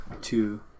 two